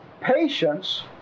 patience